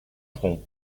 front